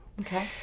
Okay